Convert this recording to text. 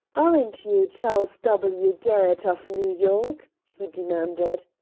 aren't you charles w. garrett, of new york? he demanded.